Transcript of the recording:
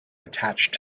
attached